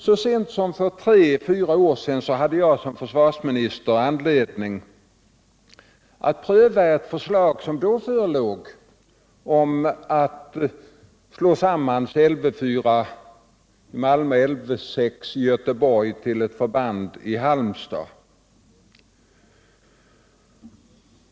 Så sent som för tre fyra år sedan hade jag som försvarsminister anledning att pröva ett förslag som då förelåg om att slå samman Lv 4 i Malmö och Lv 6 i Göteborg till ett förband i Halmstad.